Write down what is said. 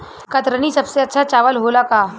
कतरनी सबसे अच्छा चावल होला का?